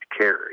carry